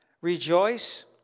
rejoice